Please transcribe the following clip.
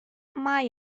mae